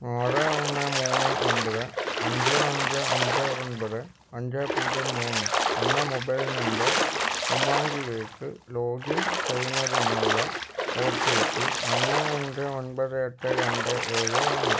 ആറ് ഒന്ന് മൂന്ന് ഒൻപത് അഞ്ച് അഞ്ച് അഞ്ച് ഒൻപത് അഞ്ച് പൂജ്യം മൂന്ന് എന്ന മൊബൈൽ നമ്പർ ഉമംഗിലേക്ക് ലോഗിൻ ചെയ്യുന്നതിനുള്ള ഒ ടി പി ഒന്ന് അഞ്ച് ഒൻപത് എട്ട് രണ്ട് ഏഴ് ആണ്